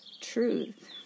truth